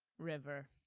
river.